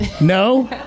No